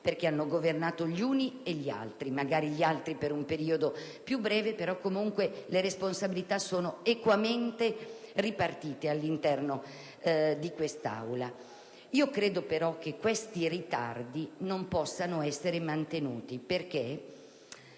perché hanno governato gli uni e gli altri: magari gli altri per un periodo più breve, ma le responsabilità sono equamente ripartite all'interno di quest'Aula. Questi ritardi non possono essere mantenuti perché